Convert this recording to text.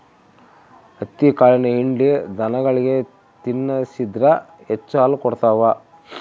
ಹತ್ತಿಕಾಳಿನ ಹಿಂಡಿ ದನಗಳಿಗೆ ತಿನ್ನಿಸಿದ್ರ ಹೆಚ್ಚು ಹಾಲು ಕೊಡ್ತಾವ